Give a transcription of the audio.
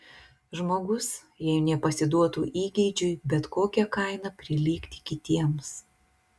žmogus jei nepasiduotų įgeidžiui bet kokia kaina prilygti kitiems